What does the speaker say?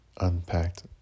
unpacked